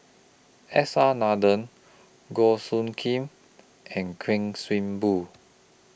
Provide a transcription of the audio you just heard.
S R Nathan Goh Soo Khim and Kuik Swee Boon